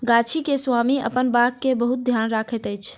गाछी के स्वामी अपन बाग के बहुत ध्यान रखैत अछि